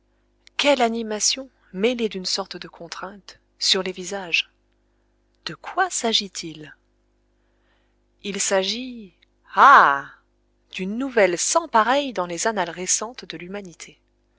quelle animation mêlée d'une sorte de contrainte sur les visages de quoi s'agit-il il s'agit ah d'une nouvelle sans pareille dans les annales récentes de l'humanité